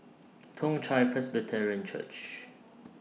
Toong Chai Presbyterian Church